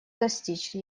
достичь